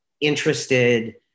interested